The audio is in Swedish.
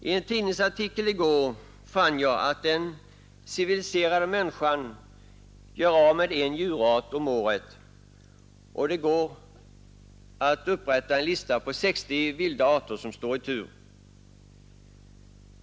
I en tidningsartikel i går fann jag att den ”civiliserade” människan gör av med en djurart om året, och det går att upprätta en lista på 60 vilda arter som står i tur att utrotas.